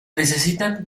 necesitan